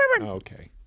okay